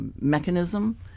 mechanism